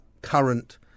current